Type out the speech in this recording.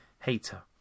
hater